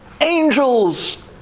angels